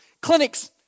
clinics